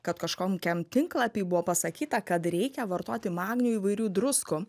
kad kažkokiam tinklapy buvo pasakyta kad reikia vartoti magnio įvairių druskų